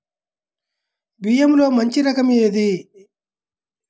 బియ్యంలో మంచి రకం ఏది?